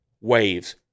waves